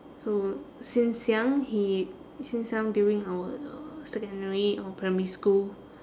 so since young he since young during our uh secondary or primary school